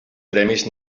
premis